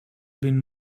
been